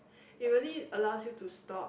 it really allows you to stop